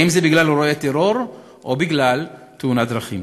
אם זה בגלל אירועי טרור או בגלל תאונת דרכים.